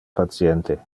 patiente